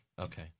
Okay